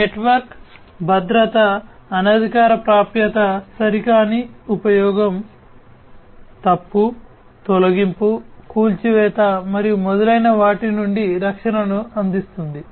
network భద్రత అనధికార ప్రాప్యత సరికాని ఉపయోగం తప్పు తొలగింపు కూల్చివేత మరియు మొదలైన వాటి నుండి రక్షణను అందిస్తుంది